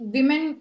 Women